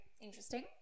interesting